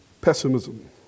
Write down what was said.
pessimism